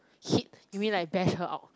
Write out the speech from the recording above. hit you mean like bash her up